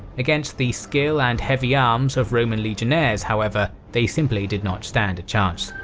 against the skill and heavy arms of roman legionnaires however, they simply did not stand a chance.